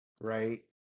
right